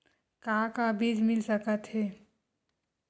का का बीज मिल सकत हे?